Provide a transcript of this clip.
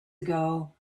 ago